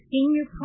Senior